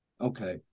Okay